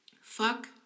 Fuck